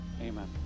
Amen